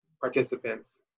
participants